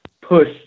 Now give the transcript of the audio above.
push